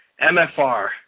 MFR